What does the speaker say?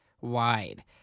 wide